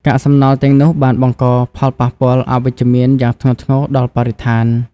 កាកសំណល់ទាំងនោះបានបង្កផលប៉ះពាល់អវិជ្ជមានយ៉ាងធ្ងន់ធ្ងរដល់បរិស្ថាន។